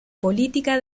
política